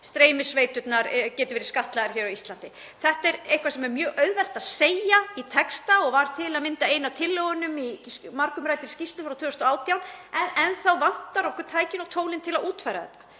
streymisveiturnar geti verið skattlagðir á Íslandi. Þetta er eitthvað sem er mjög auðvelt að segja í texta og var til að mynda ein af tillögunum í margumræddri skýrslu frá 2018 en enn þá vantar okkur tækin og tólin til að útfæra þetta.